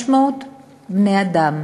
500 בני-אדם